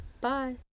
Bye